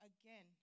again